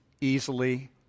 easily